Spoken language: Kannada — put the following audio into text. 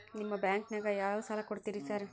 ನಿಮ್ಮ ಬ್ಯಾಂಕಿನಾಗ ಯಾವ್ಯಾವ ಸಾಲ ಕೊಡ್ತೇರಿ ಸಾರ್?